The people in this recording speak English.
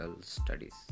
studies